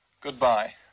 Goodbye